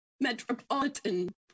metropolitan